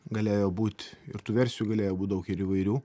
galėjo būt ir tų versijų galėjo būt daug ir įvairių